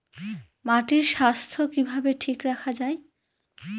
মাটির স্বাস্থ্য কিভাবে ঠিক রাখা যায়?